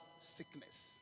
Sickness